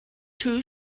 two